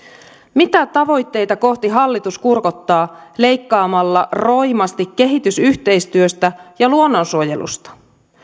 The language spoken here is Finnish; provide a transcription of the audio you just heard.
mitä tavoitteita kohti hallitus kurkottaa leikkaamalla roimasti kehitysyhteistyöstä ja luonnonsuojelusta